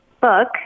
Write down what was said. book